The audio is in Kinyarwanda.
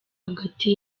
hagati